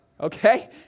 Okay